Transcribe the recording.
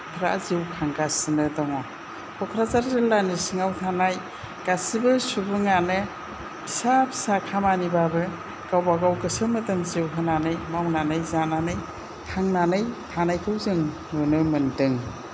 जिउ खांगासिनो दङ क'क्राझार जिल्लानि सिङाव थानाय गासैबो सुबुङानो फिसा फिसा खामानिब्लाबो गावबा गाव गोसो मोदोम जिउ होनानै मावनानै जानानै थांनानै थानायखौ जों नुनो मोन्दों